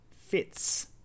fits